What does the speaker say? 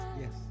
yes